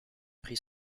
prit